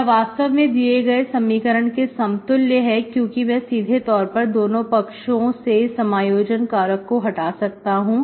यह वास्तव में दिए गए समीकरण के समतुल्य है क्योंकि मैं सीधे तौर पर दोनों पक्षों से समायोजन कारक को हटा सकता हूं